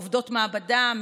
עובדות מעבדה,